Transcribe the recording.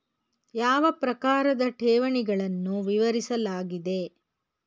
ಯಾವ ಪ್ರಕಾರದ ಠೇವಣಿಗಳನ್ನು ವಿವರಿಸಲಾಗಿದೆ?